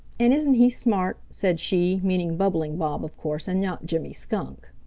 and isn't he smart? said she, meaning bubbling bob, of course, and not jimmy skunk.